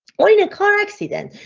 when a car accident,